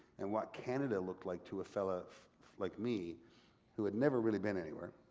and what canada looked like to a fella like me who had never really been anywhere,